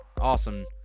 awesome